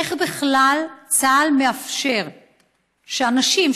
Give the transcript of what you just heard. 2. איך בכלל צה"ל מאפשר שאנשים,